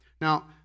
Now